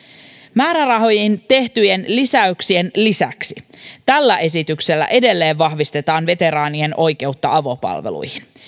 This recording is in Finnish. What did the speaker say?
määrärahoihin tehtyjen lisäyksien lisäksi tällä esityksellä edelleen vahvistetaan veteraanien oikeutta avopalveluihin